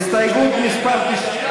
היושב-ראש,